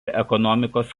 ekonomikos